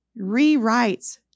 rewrites